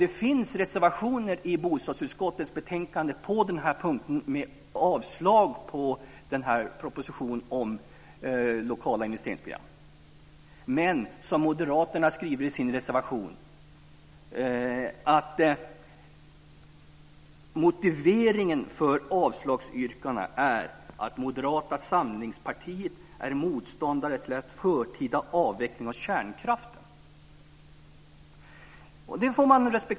Det finns också reservationer i bostadsutskottets betänkande på den här punkten, där det yrkas avslag på propositionen om lokala investeringsprogram. Men, som moderaterna skriver i sin reservation, motiveringen för avslagsyrkandena var att Moderata samlingspartiet är motståndare till en förtida avveckling av kärnkraften.